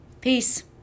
peace